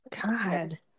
God